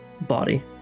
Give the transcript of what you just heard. body